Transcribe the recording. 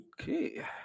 Okay